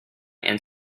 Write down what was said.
and